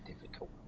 difficult